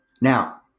Now